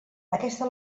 aquesta